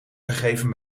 gegeven